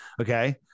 okay